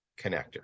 connector